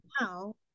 now